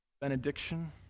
benediction